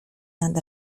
nad